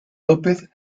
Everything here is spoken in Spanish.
lópez